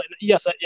Yes